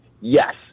Yes